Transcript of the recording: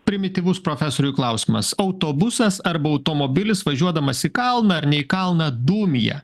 primityvus profesoriui klausimas autobusas arba automobilis važiuodamas į kalną ar ne į kalną dūmija